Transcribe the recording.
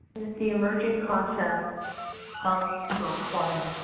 the emerging content of microclimate.